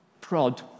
prod